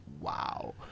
Wow